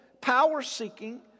power-seeking